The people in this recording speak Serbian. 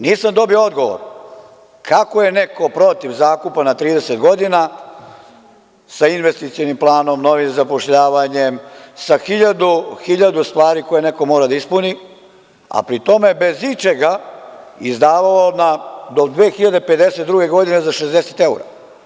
Nisam dobio odgovor, kako je neko protiv zakupa na 30 godina sa investicionim planom, novim zapošljavanjem, sa 1000 stvari koje neko mora da ispuni, a pri tome bez ičega izdvao do 2052. godine za 60 evra.